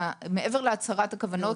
מעבר להצהרת הכוונות.